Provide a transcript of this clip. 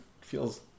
feels